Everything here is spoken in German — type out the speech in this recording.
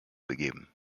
begeben